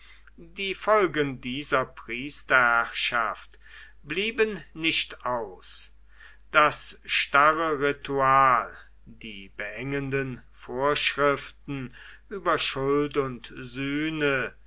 die folgen dieser priesterherrschaft blieben nicht aus das starre ritual die beengenden vorschriften über schuld und sühne